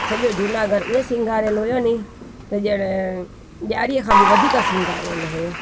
सॼो जूनागढ़ ईअं सिंगारियल हुयो नी त ॼणु ॾियारीअ खां बि वधीक सिंगारियल हुयो